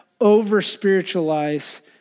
over-spiritualize